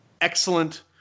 excellent